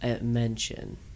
mention